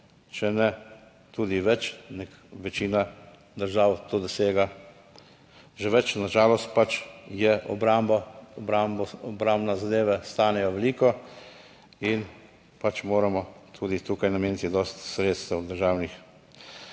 če ne tudi več. Večina držav to dosega že več, na žalost pač je obramba, obrambne zadeve stanejo veliko in pač moramo tudi tukaj nameniti dosti sredstev državnih.